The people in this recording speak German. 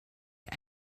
der